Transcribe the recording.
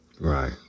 Right